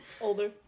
Older